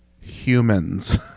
humans